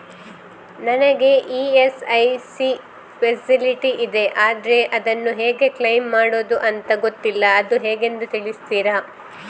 ನನಗೆ ESIC facility ಇದೆ ಆದ್ರೆ ಅದನ್ನು ಹೇಗೆ ಕ್ಲೇಮ್ ಮಾಡೋದು ಅಂತ ಗೊತ್ತಿಲ್ಲ ಅದು ಹೇಗೆಂದು ತಿಳಿಸ್ತೀರಾ?